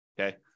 Okay